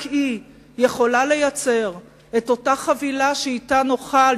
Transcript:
רק היא יכולה לייצר את אותה חבילה שאתה נוכל,